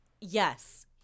Yes